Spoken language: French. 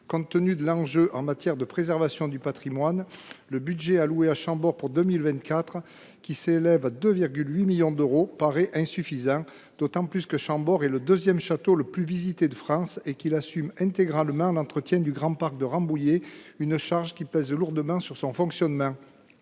Compte tenu de l’enjeu en matière de préservation du patrimoine, le budget alloué à Chambord pour 2024, qui s’élève à 2,8 millions d’euros paraît insuffisant, s’agissant du deuxième château le plus visité de France, qui assume, en outre, intégralement l’entretien du grand parc de Rambouillet, une charge qui pèse lourdement sur son fonctionnement.